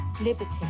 Liberty